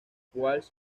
walsh